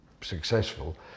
successful